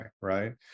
right